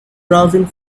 browsing